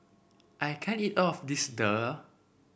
I can't eat all of this Daal